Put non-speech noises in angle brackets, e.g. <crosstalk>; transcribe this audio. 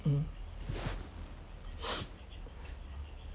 mm <noise>